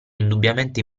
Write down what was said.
indubbiamente